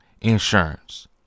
insurance